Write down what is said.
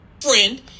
friend